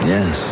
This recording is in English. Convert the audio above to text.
Yes